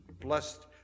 blessed